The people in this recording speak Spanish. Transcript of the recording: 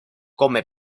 come